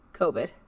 COVID